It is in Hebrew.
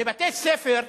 בבתי-ספר,